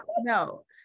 no